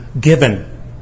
given